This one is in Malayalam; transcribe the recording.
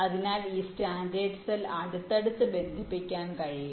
അതിനാൽ ഈ സ്റ്റാൻഡേർഡ് സെൽ അടുത്തടുത്ത് ബന്ധിപ്പിക്കാൻ കഴിയും